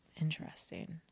Interesting